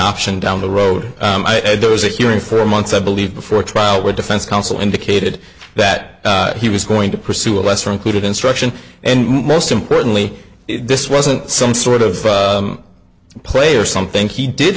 option down the road there was a hearing for months i believe before a trial where defense counsel indicated that he was going to pursue a lesser included instruction and most importantly this wasn't some sort of play or something he did